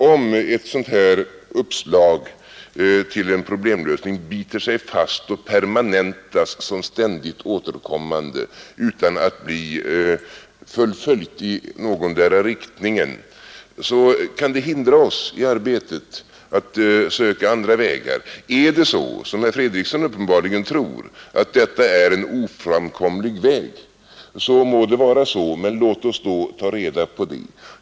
Om ett sådant här uppslag till en problemlösning biter sig fast och permanentas som ständigt återkommande utan att bli fullföljt i någondera riktningen kan det hindra oss i arbetet att söka andra vägar. Är det så, som herr Fredriksson uppenbarligen tror, att detta är en oframkomlig väg må det vara så, men låt oss då ta reda på det.